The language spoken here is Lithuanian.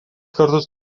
kartus